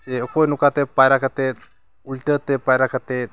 ᱡᱮ ᱚᱠᱚᱭ ᱱᱚᱝᱠᱟᱛᱮ ᱯᱟᱭᱨᱟ ᱠᱟᱛᱮᱫ ᱩᱞᱴᱟᱹᱛᱮ ᱯᱟᱭᱨᱟ ᱠᱟᱛᱮᱫ